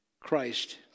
Christ